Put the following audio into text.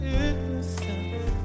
innocence